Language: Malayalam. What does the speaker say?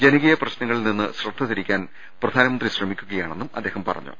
ജനകീയ പ്രശ്നങ്ങളിൽ നിന്ന് ശ്രദ്ധ തിരി ക്കാൻ പ്രധാനമന്ത്രി ശ്രമിക്കുകയാണെന്നും അദ്ദേഹം പറഞ്ഞു